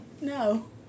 No